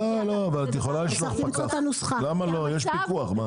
אבל את יכולה לשלוח פקח, למה לא, יש פיקוח.